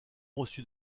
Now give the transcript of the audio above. reçut